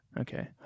Okay